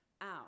out